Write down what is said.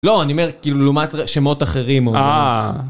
לא, אני אומר, כאילו, לעומת שמות אחרים. אה...